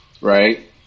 Right